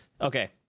okay